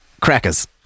crackers